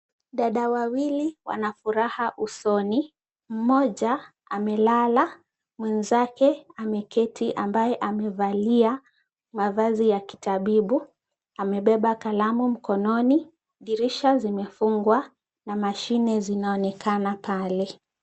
Dada wawili wanafuraha usoni. Mmoja amelala, mwenzake ameketi, ambaye amevalia mavazi ya kitabibu, amebeba kalamu mkononi, dirisha zimefungwa na mashine zinaonekana pale.